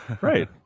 Right